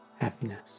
happiness